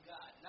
God